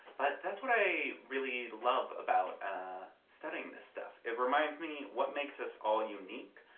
but that's what i really love about ah studying this stuff. it reminds me what makes us all unique.